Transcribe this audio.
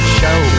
show